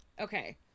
Okay